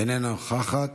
איננה נוכחת.